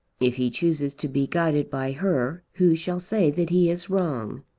if he chooses to be guided by her, who shall say that he is wrong?